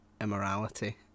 immorality